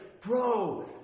bro